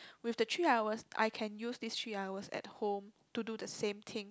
with the three hours I can use this three hours at home to do the same thing